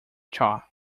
cha